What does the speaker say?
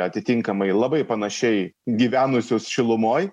atitinkamai labai panašiai gyvenusius šilumoj